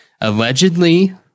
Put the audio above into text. Allegedly